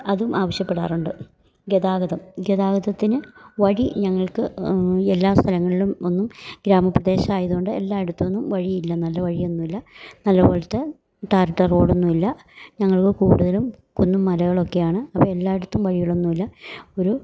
അതും ആവശ്യപ്പെടാറുണ്ട് ഗതാഗതം ഗതാഗതത്തിനു വഴി ഞങ്ങൾക്ക് എല്ലാ സ്ഥലങ്ങളിലും ഒന്നും ഗ്രാമപ്രദേശമായതു കൊണ്ട് എല്ലായിടത്തൊന്നും വഴിയില്ല നല്ല വഴിയൊന്നുമില്ല നല്ല പോലത്തെ ടാറിട്ട റോഡൊന്നുമില്ലാ ഞങ്ങൾ കൂടുതലും കുന്നും മലകളൊക്കെയാണ് അപ്പം എല്ലായിടത്തും വഴികളൊന്നുമില്ല ഒരു